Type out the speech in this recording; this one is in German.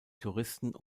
touristen